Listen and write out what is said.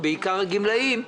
ובעיקר הגמלאים,